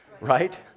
Right